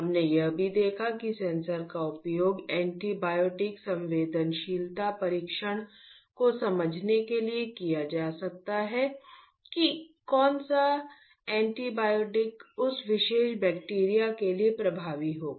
हमने यह भी देखा है कि सेंसर का उपयोग एंटीबायोटिक संवेदनशीलता परीक्षण को समझने के लिए किया जा सकता है कि कौन सा एंटीबायोटिक उस विशेष बैक्टीरिया के लिए प्रभावी होगा